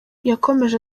yakomeje